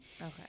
okay